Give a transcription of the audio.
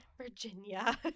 virginia